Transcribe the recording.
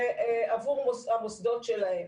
עבור המוסדות שלהם.